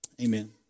Amen